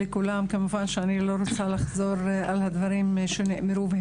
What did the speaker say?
כמובן שאני לא רוצה לחזור על הדברים שנאמרו,